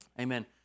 Amen